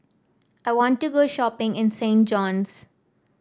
I want to go shopping in Saint John's